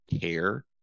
care